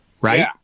Right